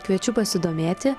kviečiu pasidomėti